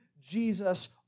Jesus